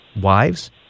wives